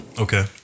Okay